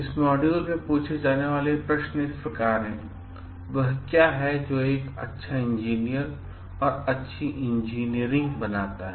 इस मॉड्यूल में पूछे जाने वाले प्रमुख प्रश्न इस प्रकार हैं वह क्या है जो एक अच्छा इंजीनियर और अच्छी इंजीनियरिंग बनाता है